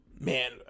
man